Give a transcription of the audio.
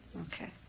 Okay